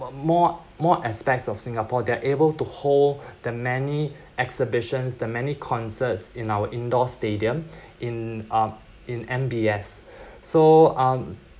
but more more aspects of singapore they're able to hold the many exhibitions the many concerts in our indoor stadium in um in M_B_S so um